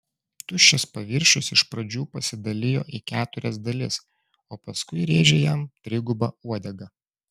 tuščias paviršius iš pradžių pasidalijo į keturias dalis o paskui rėžė jam triguba uodega